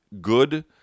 good